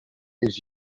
his